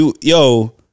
Yo